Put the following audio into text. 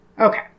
Okay